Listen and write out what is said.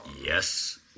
Yes